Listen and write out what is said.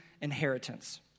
inheritance